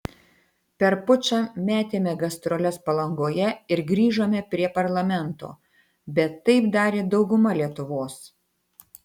per pučą metėme gastroles palangoje ir grįžome prie parlamento bet taip darė dauguma lietuvos